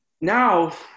Now